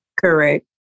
Correct